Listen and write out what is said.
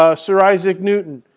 ah sir isaac newton,